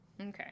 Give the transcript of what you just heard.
okay